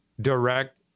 direct